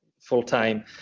full-time